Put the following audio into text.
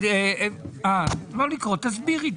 תסבירי.